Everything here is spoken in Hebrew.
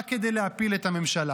רק כדי להפיל את הממשלה.